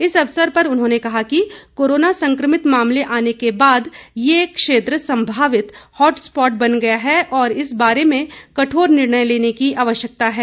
इस अवसर पर उन्होंने कहा कि कोरोना संक्रमित मामले आने के बाद यह क्षेत्र संभावित हॉट स्पॉट बन गया है और इस बारे में कठोर निर्णय लेने की आवश्यकता है